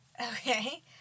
Okay